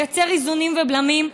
לייצר איזונים ובלמים.